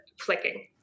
flicking